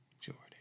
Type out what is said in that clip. Jordan